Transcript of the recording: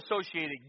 associated